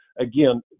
again